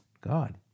God